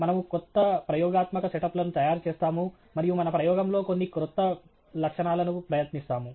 మనము క్రొత్త ప్రయోగాత్మక సెటప్లను తయారుచేస్తాము మరియు మన ప్రయోగంలో కొన్ని క్రొత్త లక్షణాలను ప్రయత్నిస్తాము